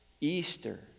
Easter